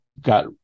got